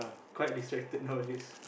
quite distracted nowadays